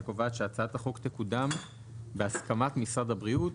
שקובעת שהצעת החוק תקודם בהסכמת משרד הבריאות,